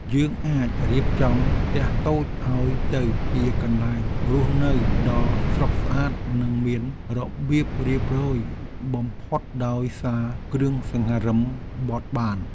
យើងអាចរៀបចំផ្ទះតូចឱ្យទៅជាកន្លែងរស់នៅដ៏ស្រស់ស្អាតនិងមានរបៀបរៀបរយបំផុតដោយសារគ្រឿងសង្ហារិមបត់បាន។